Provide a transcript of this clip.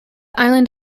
island